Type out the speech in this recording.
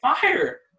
fire